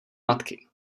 matky